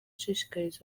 ashishikariza